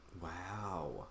wow